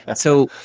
and so,